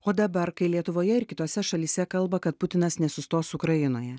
o dabar kai lietuvoje ir kitose šalyse kalba kad putinas nesustos ukrainoje